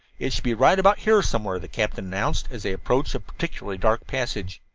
it should be right about here somewhere, the captain announced, as they approached a particularly dark passage.